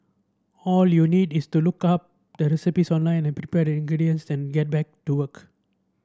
all you need is to look up the recipes online prepare the ingredients then get back to work